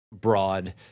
broad